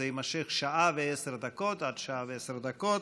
זה יימשך עד שעה ועשר דקות.